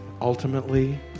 Ultimately